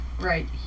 right